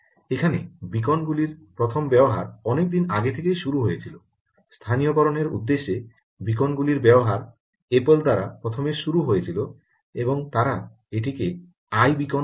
এখানে বীকন গুলির প্রথম ব্যবহার অনেকদিন আগে থেকে শুরু হয়েছিল স্থানীয়করণের উদ্দেশ্যে বীকন গুলির ব্যবহার অ্যাপল দ্বারা প্রথমে শুরু হয়েছিল এবং তারা এটিকে আইবীকন বলে